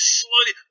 slowly